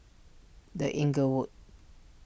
the Inglewood